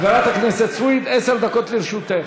חברת הכנסת סויד, עשר דקות לרשותך.